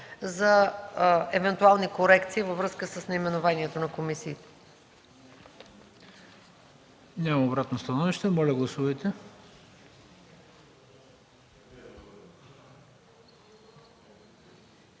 за евентуални корекции във връзка с наименованията на комисиите.